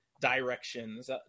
directions